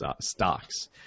stocks